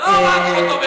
לא רק חוטובלי.